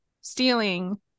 stealing